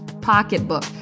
pocketbook